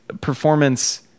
performance